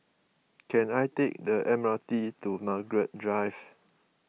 can I take the M R T to Margaret Drive